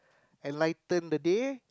enlighten the day